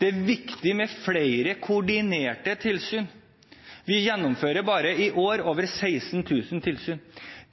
Det er viktig med flere koordinerte tilsyn. Vi gjennomfører bare i år over 16 000 tilsyn.